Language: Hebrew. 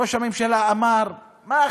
ראש הממשלה אמר: מה,